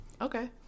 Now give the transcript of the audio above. okay